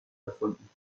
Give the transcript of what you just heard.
erfunden